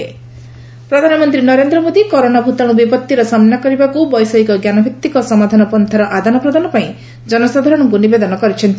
PM corona solution ପ୍ରଧାନମନ୍ତ୍ରୀ Narendra Modi corona ଭୂତାଣୁ ବିପତ୍ତିର ସାମ୍ନା କରିବାକୁ ବୈଷୟିକ ଜ୍ଞାନଭିତ୍ତିକ ସମାଧାନ ପନ୍ଥାର ଆଦାନ ପ୍ରଦାନ ପାଇଁ ଜନସାଧାରଣଙ୍କୁ ନିବେଦନ କରିଛନ୍ତି